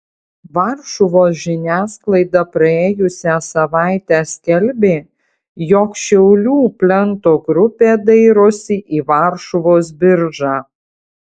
varšuvos žiniasklaida praėjusią savaitę skelbė jog šiaulių plento grupė dairosi į varšuvos biržą